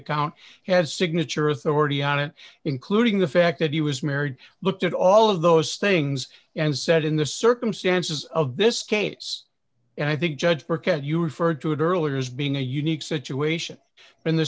count has signature authority on it including the fact that he was married looked at all of those things and said in the circumstances of this case and i think judge burkett you referred to it earlier as being a unique situation in the